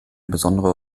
besondere